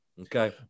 Okay